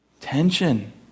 Tension